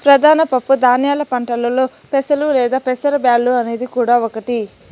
ప్రధాన పప్పు ధాన్యాల పంటలలో పెసలు లేదా పెసర బ్యాల్లు అనేది కూడా ఒకటి